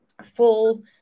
full